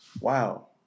Wow